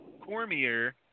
Cormier